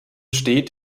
steht